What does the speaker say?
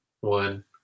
one